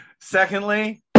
Secondly